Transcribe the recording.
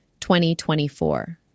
2024